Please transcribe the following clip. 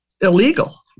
illegal